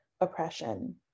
oppression